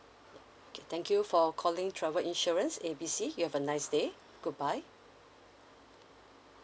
K thank you for calling travel insurance A B C you have a nice day goodbye